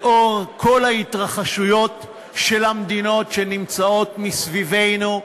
לאור כל ההתרחשויות במדינות שנמצאות מסביבנו.